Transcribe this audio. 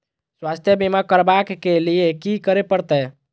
स्वास्थ्य बीमा करबाब के लीये की करै परतै?